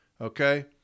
Okay